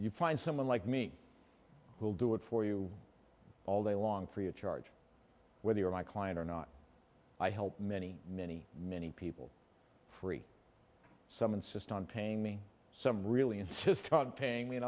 you find someone like me who do it for you all day long free of charge whether you're my client or not i help many many many people free some insist on paying me some really insist on paying me and